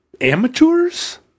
amateurs